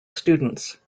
students